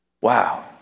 Wow